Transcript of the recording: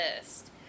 list